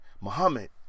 Muhammad